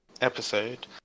episode